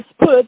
put